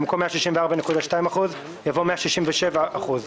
במקום "164.2%" יבוא "167%".